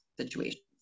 situations